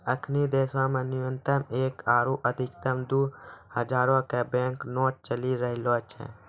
अखनि देशो मे न्यूनतम एक आरु अधिकतम दु हजारो के बैंक नोट चलि रहलो छै